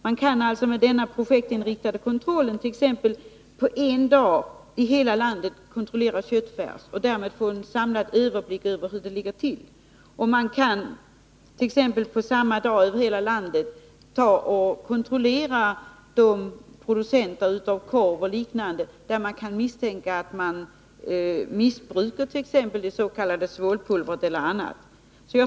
Man kan alltså med denna projektinriktade kontroll t.ex. på en dag i hela landet kontrollera köttfärs och därmed få en samlad överblick över hur det ligger till. Man kan också på samma dag över hela landet kontrollera de producenter av korv och liknande där det kan misstänkas att man missbrukar det s.k. svålpulvret eller annat.